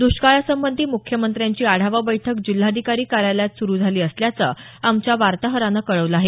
द्ष्काळासंबंधी मुख्यमंत्र्यांची आढावा बैठक जिल्हाधिकारी कार्यालयात सुरु झाली असल्याचं आमच्या वार्ताहरानं कळवलं आहे